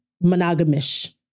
monogamous